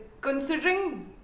Considering